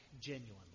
genuinely